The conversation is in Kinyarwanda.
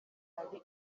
hari